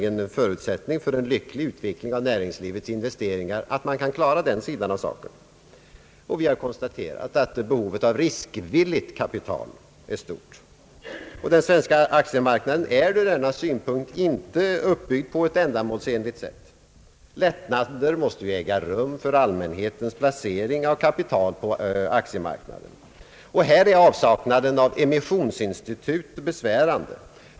En förutsättning för en lycklig utveckling av näringslivets investeringar är nämligen att man kan klara den sidan av saken. Vi har konstaterat att behovet av riskvilligt kapital är stort. Den svenska aktiemarknaden är ur denna synpunkt inte uppbyggd på ett ändamålsenligt sätt. Lättnader måste äga rum för allmänhetens placering av kapital på aktiemarknaden. Avsaknaden av emissionsinstitut är besvärande.